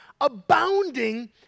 abounding